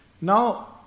Now